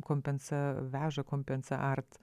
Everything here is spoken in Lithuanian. kompensa veža kompensa art